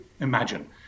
imagine